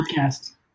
podcast